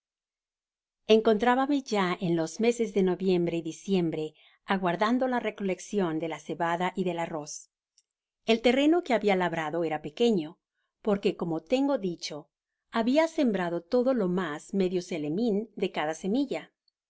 encontrábame ya en los meses de noviembre y diciembre aguardando la recoleccion de la cebada y d i l arroz el terreno que habia labrado era pequeño porque como tengo dicto habia sembrado todo lo mas medio celemin de cada semilla